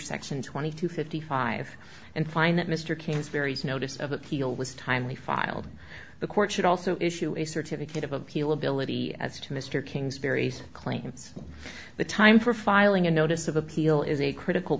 section twenty two fifty five and find that mr kingsbury's notice of appeal was timely filed the court should also issue a certificate of appeal ability as to mr kingsbury's claims the time for filing a notice of appeal is a critical